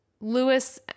Lewis